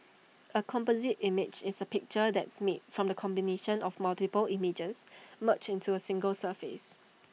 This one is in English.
A composite image is A picture that's made from the combination of multiple images merged into A single surface